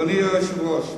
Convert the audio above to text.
אדוני היושב-ראש,